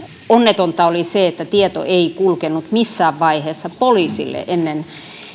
onnetonta oli se että tieto ei kulkenut missään vaiheessa poliisille ennen